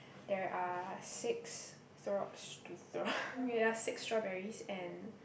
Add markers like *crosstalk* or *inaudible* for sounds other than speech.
there are six throw str~ *breath* there are six strawberries and